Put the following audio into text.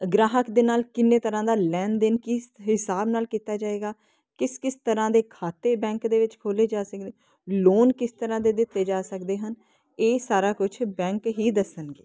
ਗ੍ਰਾਹਕ ਦੇ ਨਾਲ ਕਿੰਨੇ ਤਰ੍ਹਾਂ ਦਾ ਲੈਣ ਦੇਣ ਕਿਸ ਹਿਸਾਬ ਨਾਲ ਕੀਤਾ ਜਾਏਗਾ ਕਿਸ ਕਿਸ ਤਰ੍ਹਾਂ ਦੇ ਖਾਤੇ ਬੈਂਕ ਦੇ ਵਿੱਚ ਖੋਲੇ ਜਾ ਸਕੇ ਲੋਨ ਕਿਸ ਤਰ੍ਹਾਂ ਦੇ ਦਿੱਤੇ ਜਾ ਸਕਦੇ ਹਨ ਇਹ ਸਾਰਾ ਕੁਝ ਬੈਂਕ ਇਹ ਦੱਸਣ